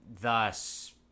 thus